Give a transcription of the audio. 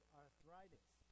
arthritis